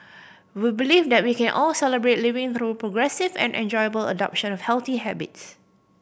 we believe that we can all Celebrate Living through progressive and enjoyable adoption healthy habits